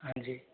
हाँ जी